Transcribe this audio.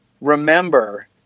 remember